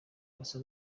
basa